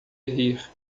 rir